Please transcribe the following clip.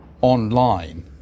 online